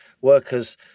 workers